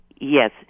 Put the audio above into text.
Yes